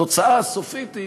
התוצאה הסופית היא